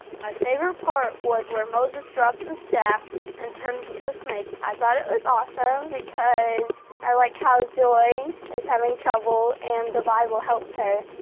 my favorite part was where moses drops the staff and it turns to a snake. i thought it was awesome because i like how joy is having trouble and the bible helps her.